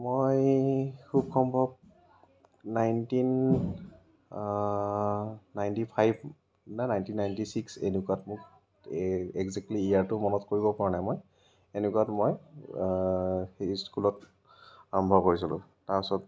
মই খুব সম্ভৱ নাইনটীন নাইণ্টী ফাইভ বা নাইনটী নাইনটী ছিক্স এনেকুৱাত মোৰ এই একজেক্টলী ইয়েৰটো মনত কৰিবপৰা নাই মই এনেকুৱাত মই স্কুলত আৰম্ভ কৰিছিলোঁ তাৰপিছত